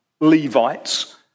Levites